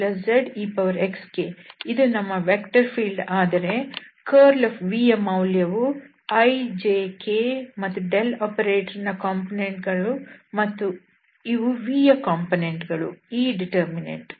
yi2xzjzexk ಇದು ನಮ್ಮ vector field ಆದರೆ ಕರ್ಲ್ vಯ ಮೌಲ್ಯವು i j k ಮತ್ತು ಡೆಲ್ ಆಪರೇಟರ್ ನ ಕಾಂಪೊನೆಂಟ್ಗಳು ಮತ್ತು ಇವು vಯ ಕಾಂಪೊನೆಂಟ್ ಗಳು ಈ ಡಿಟರ್ಮಿನಂಟ್